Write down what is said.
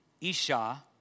Isha